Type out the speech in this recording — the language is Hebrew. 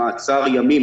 מעצר ימים,